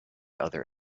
other